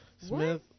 Smith